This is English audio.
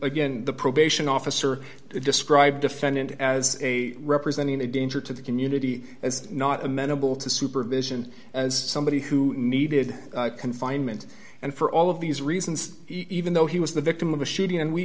again the probation officer described defendant as a representing a danger to the community as not amenable to supervision as somebody who needed confinement and for all of these reasons even though he was the victim of a shooting and we